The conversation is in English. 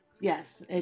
yes